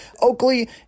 Oakley